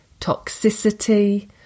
toxicity